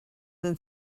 than